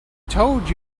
told